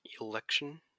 election